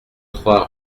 trois